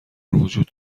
وجود